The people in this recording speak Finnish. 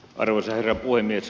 arvoisa herra puhemies